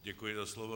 Děkuji za slovo.